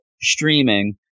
streaming